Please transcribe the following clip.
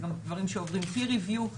אלה גם דברים שעוברים Peer Review,